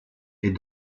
est